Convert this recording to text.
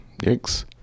Yikes